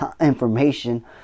information